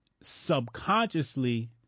subconsciously